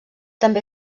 també